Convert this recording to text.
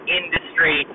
industry